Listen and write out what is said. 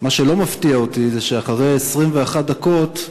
מה שלא מפתיע אותי זה שאחרי 21 דקות,